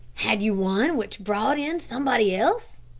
had you one which brought in somebody else?